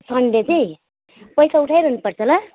Sunday चाहिँ पैसा उठाइरहनु पर्छ ल